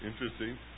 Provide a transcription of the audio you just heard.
interesting